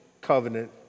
covenant